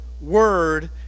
word